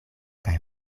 kaj